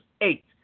eight